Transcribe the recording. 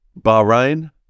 Bahrain